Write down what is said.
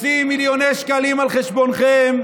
ועושים מיליוני שקלים על חשבונכם.